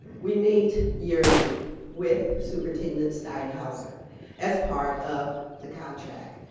we meet yearly with superintendent steinhauser as part of the contract.